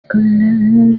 கொள்ள